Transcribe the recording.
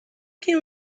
can